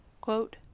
Quote